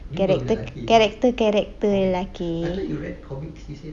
character character character lelaki